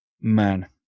man